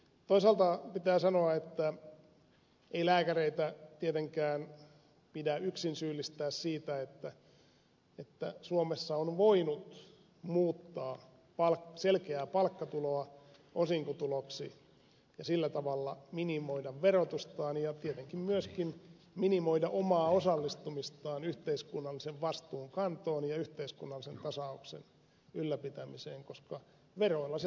toisaalta pitää sanoa että ei lääkäreitä tietenkään pidä yksin syyllistää siitä että suomessa on voinut muuttaa selkeää palkkatuloa osinkotuloksi ja sillä tavalla minimoida verotustaan ja tietenkin myöskin minimoida omaa osallistumistaan yhteiskunnallisen vastuun kantoon ja yhteiskunnallisen tasauksen ylläpitämiseen koska veroilla se tapahtuu